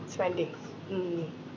spendings mm